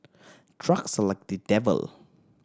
drugs are like the devil